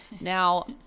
Now